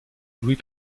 louis